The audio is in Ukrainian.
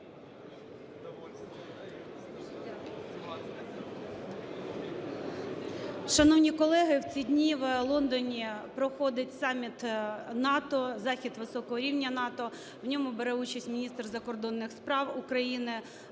Шановні колеги, в ці дні в Лондоні проходить саміт НАТО, захід високого рівня НАТО. У ньому бере участь міністр закордонних справ України